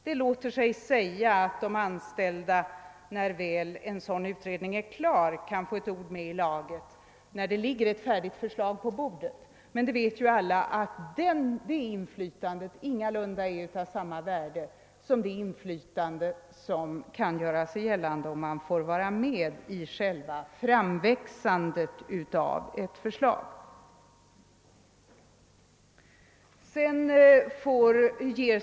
Det låter sig säga att de anställda när utredningen är klar och det ligger ett färdigt förslag på bordet kan få ett ord med i laget. Alla vet emellertid att ett sådant inflytande ingalunda är av samma värde som när man får vara med vid framväxandet av ett förslag.